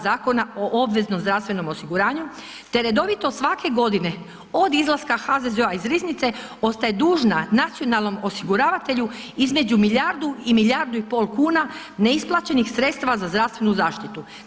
Zakona o obveznom zdravstvenom osiguranju te redovito svake godine od izlaska HZZO-a iz riznice ostaje dužna nacionalnom osiguravatelju između milijardu i milijardu i pol kuna neisplaćenih sredstava za zdravstvenu zaštitu.